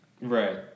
right